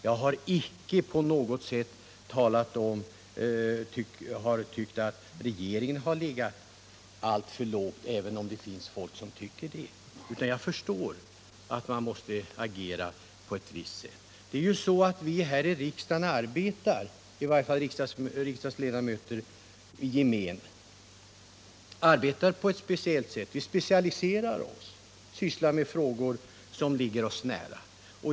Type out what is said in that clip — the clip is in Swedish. Jag har icke på något sätt hävdat att regeringen varit för lågmäld - även om det finns folk som tycker det. Riksdagsledamöter i gemen arbetar på ett sådant sätt att vi specialiserar oss, sysslar med frågor som ligger oss nära.